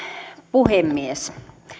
puhemies